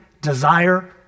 desire